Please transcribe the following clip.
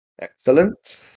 Excellent